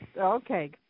Okay